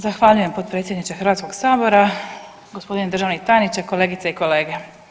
Zahvaljujem potpredsjedniče Hrvatskog sabora, gospodine državni tajniče, kolegice i kolege.